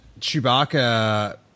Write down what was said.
Chewbacca